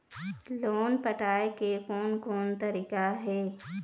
Loan पटाए के कोन कोन तरीका हे?